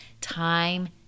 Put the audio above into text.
time